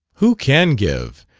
who can give?